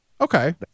Okay